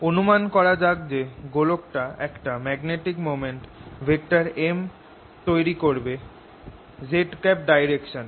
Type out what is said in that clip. অনুমান করা যাক যে গোলকটা একটা ম্যাগনেটিক মোমেন্ট M তৈরি করবে z ডাইরেকশন এ